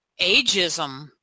ageism